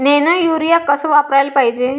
Nano urea कस वापराले पायजे?